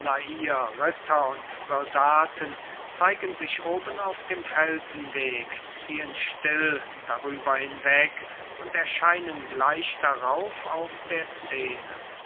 ritter und soldaten zeigen sich oben auf dem felsenweg ziehen still darüber hinweg und erscheinen gleich darauf auf der szene